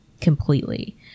completely